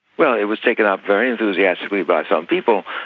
well, it was taken up very enthusiastically by some people,